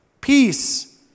peace